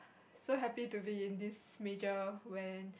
so happy to be in this major when